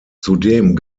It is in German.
zudem